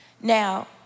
Now